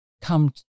come